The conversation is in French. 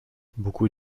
beaucoup